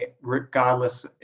regardless